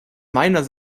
meiner